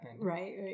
Right